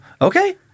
Okay